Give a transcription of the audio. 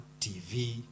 TV